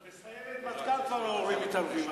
בסיירת מטכ"ל כבר ההורים מתערבים,